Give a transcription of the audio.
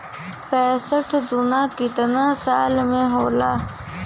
पैसा दूना कितना साल मे होला?